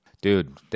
Dude